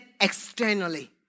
externally